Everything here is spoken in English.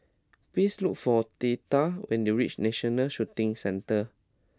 please look for Theda when you reach National Shooting Centre